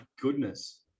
goodness